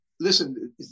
listen